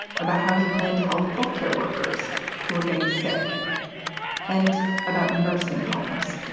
about how he planned to help health care workers who were getting sick and about nursing homes,